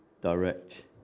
direct